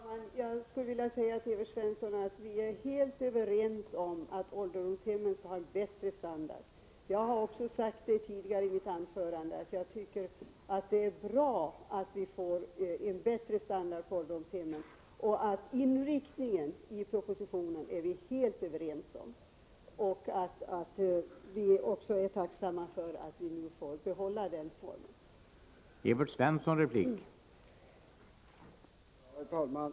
Herr talman! Jag skulle vilja säga till Evert Svensson att vi är helt överens om att ålderdomshemmen skall ha en bättre standard. Jag har i mitt tidigare anförande också sagt att jag tycker att det är bra att vi får en bättre standard på ålderdomshemmen och att vi är helt överens om inriktningen i propositionen. Vi är också tacksamma för att vi får behålla denna form av ålderdomshem.